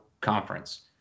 conference